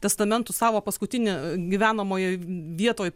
testamentu savo paskutinę gyvenamojoj vietoj